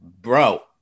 Bro